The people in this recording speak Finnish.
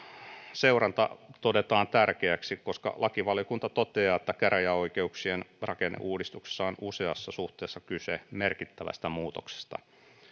seuranta todetaan tärkeäksi koska lakivaliokunta toteaa että käräjäoikeuksien rakenneuudistuksessa on useassa suhteessa kyse merkittävästä muutoksesta